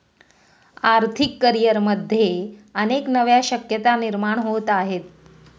आर्थिक करिअरमध्ये अनेक नव्या शक्यता निर्माण होत आहेत